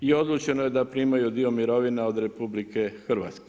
I odlučeno je da primaju dio mirovine od RH.